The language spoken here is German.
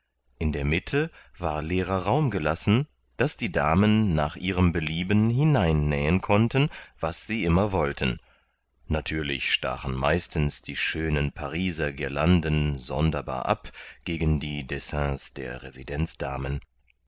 in der mitte war leerer raum gelassen daß die damen nach ihrem belieben hinein nähen konnten was sie immer wollten natürlich stachen meistens die schönen pariser girlanden sonderbar ab gegen die dessins der